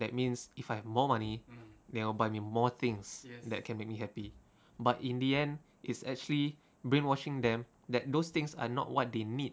that means if I have more money that will buy me more things that can make me happy but in the end it's actually brainwashing them that those things are not what they need